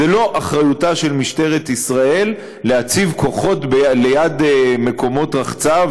זו לא אחריותה של משטרת ישראל להציב כוחות ליד מקומות רחצה,